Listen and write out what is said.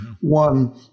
one